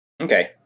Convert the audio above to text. Okay